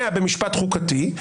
100 במשפט חוקתי,